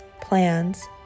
plans